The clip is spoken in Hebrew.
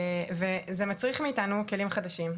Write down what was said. הדבר הזה מצריך מאיתנו כלים חדשים,